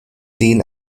den